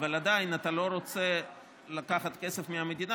אבל עדיין אתה לא רוצה לקחת כסף מהמדינה